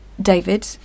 David